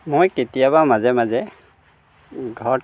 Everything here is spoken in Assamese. মই কেতিয়াবা মাজে মাজে ঘৰত